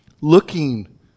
looking